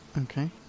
Okay